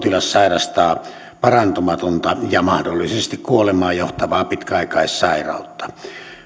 kun potilas sairastaa parantumatonta ja mahdollisesti kuolemaan johtavaa pitkäaikaissairautta